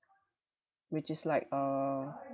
which is like uh